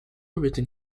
written